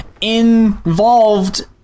involved